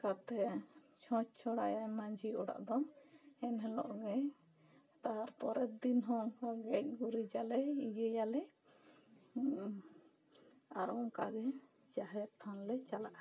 ᱠᱟᱛᱮᱜ ᱪᱷᱚᱸᱪ ᱪᱷᱚᱲᱟᱭᱟᱭ ᱢᱟᱹᱡᱷᱤ ᱚᱲᱟᱜ ᱫᱚ ᱮᱱᱦᱤᱞᱚᱜ ᱜᱮ ᱛᱟᱨ ᱯᱚᱨᱮᱨ ᱫᱤᱱᱦᱚᱸ ᱚᱱᱠᱟ ᱜᱮᱡ ᱜᱩᱨᱤᱡᱟᱞᱮ ᱟᱨ ᱚᱱᱠᱟ ᱜᱮ ᱡᱟᱦᱮᱨ ᱛᱷᱟᱱ ᱞᱮ ᱪᱟᱞᱟᱜᱼᱟ